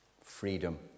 freedom